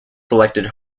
selected